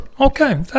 Okay